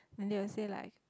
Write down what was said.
and they will say like